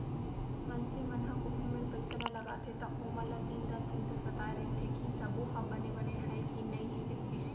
मनसे मन ह कोनो मेर पइसा ल लगाथे त ओमन ल दिन रात चिंता सताय रइथे कि सबो ह बने बने हय कि नइए कइके